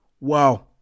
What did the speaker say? Wow